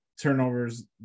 turnovers